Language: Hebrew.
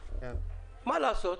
מה לעשות,